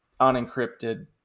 unencrypted